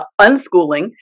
unschooling